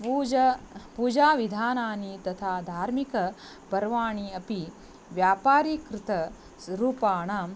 पूजा पूजाविधानानि तथा धार्मिक पर्वाणि अपि व्यापारीकृतानि स रूपाणाम्